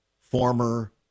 former